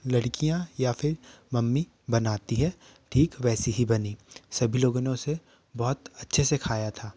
लड़कियां या फिर मम्मी बनाती है ठीक वैसी ही बनी सभी लोगों ने उसे बहुत अच्छे से खाया था